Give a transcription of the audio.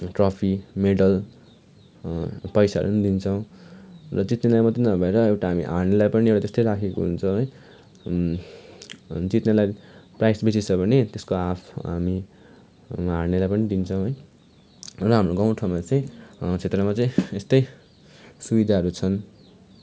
trophy medal पैसाहरू पनि दिन्छौँ र जित्नेलाई मात्रै नभएर एउटा हामी हार्नेलाई पनि एउटा त्यस्तै राखेको हुन्छ है जित्नेलाई प्राइज बेसी छ भने त्यसको हाल्फ हामी हार्नेलाई पनि दिन्छौँ है र हाम्रो गाउँ ठाउँमा चाहिँ क्षेत्रमा चाहिँ यस्तै सुविधाहरू छन्